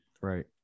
right